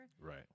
right